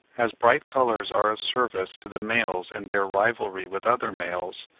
as bright colours are of service to the males in their rivalry with other males,